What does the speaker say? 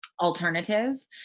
alternative